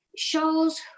shows